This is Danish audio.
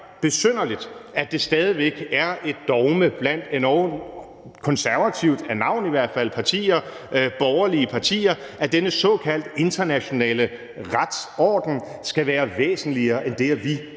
besynderligt, at det stadig væk er et dogme blandt endog konservative partier, af navn i hvert fald, borgerlige partier, at denne såkaldte internationale retsorden skal være væsentligere end det, at vi